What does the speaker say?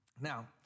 Now